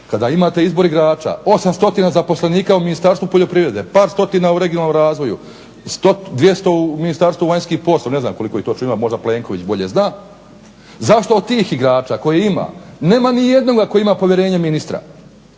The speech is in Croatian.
kada imate izbor igrača 800 zaposlenika u Ministarstvu poljoprivrede, pa 100 u regionalnom razvoju, 200 u Ministarstvu vanjskih poslova, ne znam koliko ih točno ima. Možda Plenković bolje zna. Zašto od tih igrača koje ima nema nijednoga koji ima povjerenje ministra?